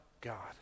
God